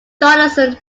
donaldson